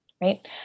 right